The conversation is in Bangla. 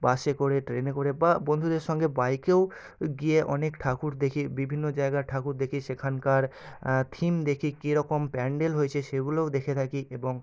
বাসে করে ট্রেনে করে বা বন্ধুদের সঙ্গে বাইকেও গিয়ে অনেক ঠাকুর দেখি বিভিন্ন জায়গার ঠাকুর দেখি সেখানকার থিম দেখি কীরকম প্যাণ্ডেল হয়েছে সেগুলোও দেখে থাকি এবং